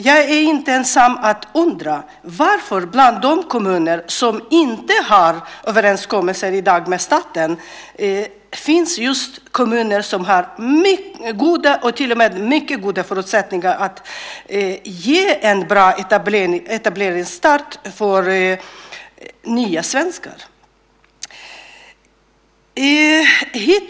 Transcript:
Jag är inte ensam om att undra varför det bland de kommuner som i dag inte har överenskommelser med staten finns just kommuner som har goda, och till och med mycket goda, förutsättningar att ge en bra etableringsstart för nya svenskar.